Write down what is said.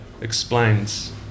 explains